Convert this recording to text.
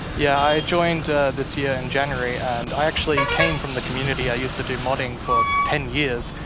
yeah, i joined this year in january. and i actually came from the community. i used to do modding for ten years.